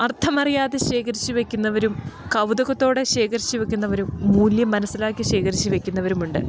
അർത്ഥം അറിയാതെ ശേഖരിച്ച് വെക്കുന്നവരും കൗതകത്തോടെ ശേഖരിച്ച് വെക്കുന്നവരും മൂല്യം മനസ്സിലാക്കി ശേഖരിച്ച് വെക്കുന്നവരും ഉണ്ട്